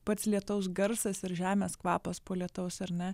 pats lietaus garsas ir žemės kvapas po lietaus ar ne